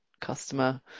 customer